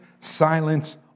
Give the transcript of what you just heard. silence